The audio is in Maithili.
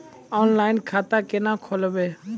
ऑनलाइन खाता केना खोलभैबै?